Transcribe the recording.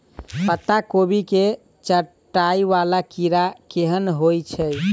पत्ता कोबी केँ चाटय वला कीड़ा केहन होइ छै?